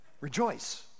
rejoice